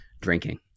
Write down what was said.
drinking